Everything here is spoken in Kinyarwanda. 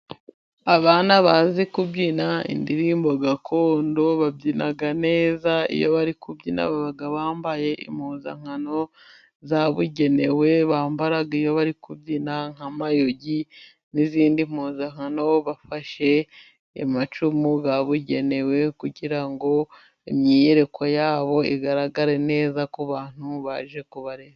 Abana bazi kubyina indirimbo gakondo babyina neza, iyo bari kubyina baba bambaye impuzankano zabugenewe bambara iyo bari kubyina nk'amayugi n'izindi mpuzankano, bafashe amacumu yabugenewe kugira ngo imyiyereko yabo, igaragare neza ku bantu baje kubareba.